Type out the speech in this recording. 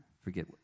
Forget